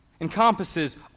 encompasses